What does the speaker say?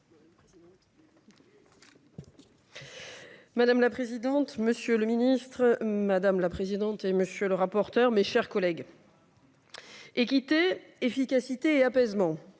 Madame la présidente, monsieur le ministre, madame la présidente et monsieur le rapporteur. Mes chers collègues. Équité efficacité et apaisement.